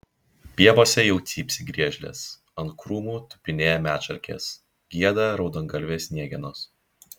pievose jau cypsi griežlės ant krūmų tupinėja medšarkės gieda raudongalvės sniegenos